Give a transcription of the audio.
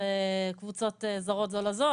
זה קבוצות זרות זו לזו.